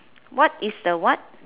what is the what